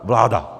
Vláda.